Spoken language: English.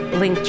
link